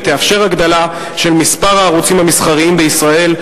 ותאפשר הגדלה של מספר הערוצים המסחריים בישראל,